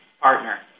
partner